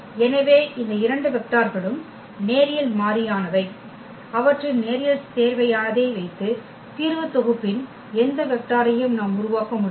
எனவே இந்த இரண்டு வெக்டார்களும் நேரியல் மாறியானவை அவற்றின் நேரியல் சேர்வையானதை வைத்து தீர்வுத் தொகுப்பின் எந்த வெக்டாரையும் நாம் உருவாக்க முடியும்